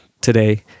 today